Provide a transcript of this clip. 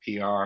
PR